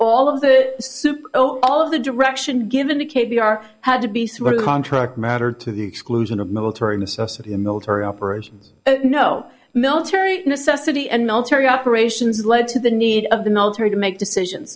all of the all of the direction given to k b r had to be sort of contract matter to the exclusion of military necessity military operations no military necessity and military operations led to the need of the military to make decisions